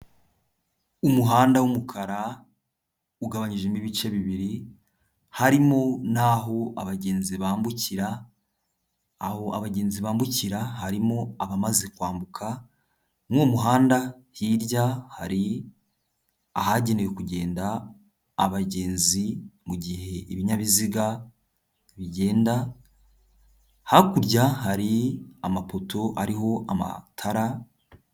Umuhanda w'umukara, ugabanyijemo ibice bibiri, harimo n'aho abagenzi bambukira, aho abagenzi bambukira harimo abamaze kwambuka, muri uwo muhanda hirya hari ahagenewe kugenda abagenzi mu gihe ibinyabiziga bigenda, hakurya hari amapoto ariho amatara.